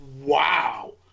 Wow